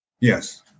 Yes